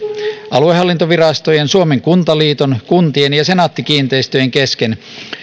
aluehallintovirastojen suomen kuntaliiton kuntien ja senaatti kiinteistöjen kesken